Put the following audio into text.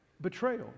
Betrayal